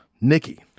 Nikki